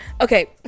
Okay